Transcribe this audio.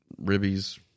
ribbies